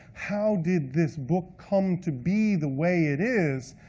how did this book come to be the way it is,